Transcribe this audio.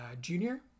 junior